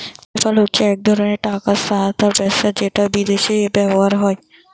PayPal হচ্ছে এক ধরণের টাকা স্থানান্তর ব্যবস্থা যেটা বিদেশে ব্যবহার হয়